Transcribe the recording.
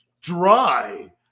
dry